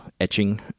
etching